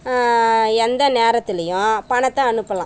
எந்த நேரத்துலேயும் பணத்தை அனுப்பலாம்